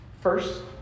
First